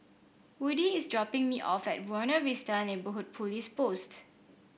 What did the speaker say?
Woodie is dropping me off at Buona Vista Neighbourhood Police Post